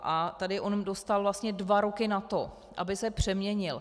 A tady on dostal vlastně dva roky na to, aby se přeměnil.